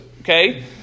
Okay